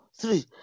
three